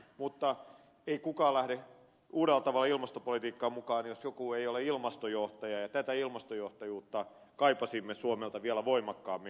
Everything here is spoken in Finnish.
mutta ei kukaan lähde uudella tavalla ilmastopolitiikkaan mukaan jos joku ei ole ilmastojohtaja ja tätä ilmastojohtajuutta kaipasimme suomelta vielä voimakkaammin